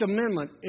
Amendment